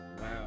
Wow